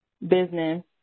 business